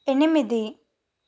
ఎనిమిది